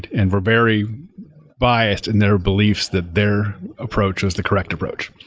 and were very biased in their beliefs that their approach was the correct approach.